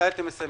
מתי אתם מסיימים